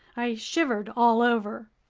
i shivered all over.